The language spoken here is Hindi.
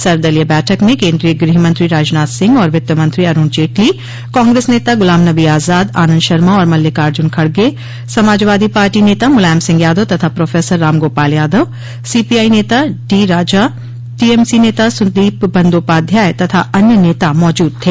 सर्वदलीय बैठक में केन्द्रीय गृहमंत्री राजनाथ सिंह और वित्त मंत्री अरूण जेटली कांग्रेस नेता गुलाम नबी आजाद आनन्द शर्मा और मल्लिकार्जुन खड़गे समाजवादी पार्टी नेता मुलायम सिंह यादव तथा प्रोफेसर राम गोपाल यादव सीपीआई नेता डी राजा टीएमसी नेता सुदीप बंदोपाध्याय तथा अन्य नेता मौजूद थे